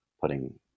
putting